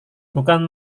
bukan